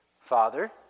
Father